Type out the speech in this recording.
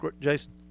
Jason